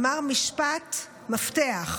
אמר משפט מפתח.